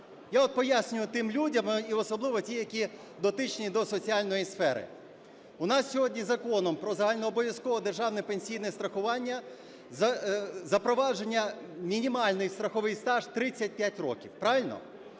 Я от пояснюю тим людям і особливо тим, які дотичні до соціальної сфери. У нас сьогодні Законом "Про загальнообов'язкове державне пенсійне страхування" запроваджено мінімальний страховий стаж 35 років. Правильно?